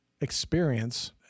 experience